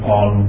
on